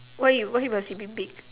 why why must you be big